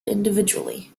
individually